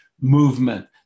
movement